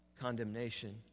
condemnation